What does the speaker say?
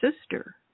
Sister